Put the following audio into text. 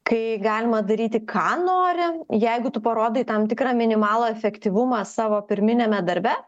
kai galima daryti ką nori jeigu tu parodai tam tikrą minimalų efektyvumą savo pirminiame darbe